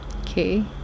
Okay